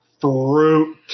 fruit